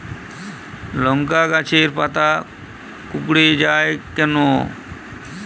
লংকা গাছের পাতা কুকড়ে যায় কেনো?